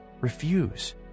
refuse